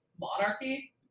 monarchy